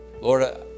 Lord